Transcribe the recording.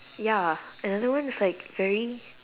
ya another one is like very